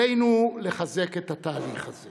עלינו לחזק את התהליך הזה